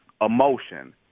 emotion